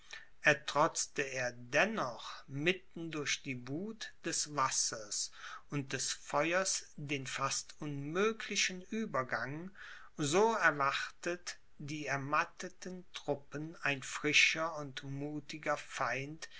ertrotzte er dennoch mitten durch die wuth des wassers und des feuers den fast unmöglichen uebergang so erwartet die ermatteten trnppen ein frischer und muthiger feind